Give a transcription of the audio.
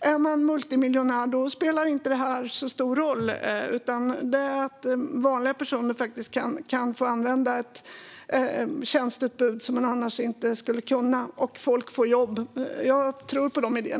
Är man multimiljonär spelar det här avdraget inte så stor roll, utan det handlar om att vanliga personer ska kunna använda sig av ett tjänsteutbud de annars inte skulle kunna använda sig av. Folk får dessutom jobb. Jag tror på de idéerna.